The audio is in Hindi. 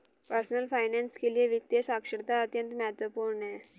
पर्सनल फाइनैन्स के लिए वित्तीय साक्षरता अत्यंत महत्वपूर्ण है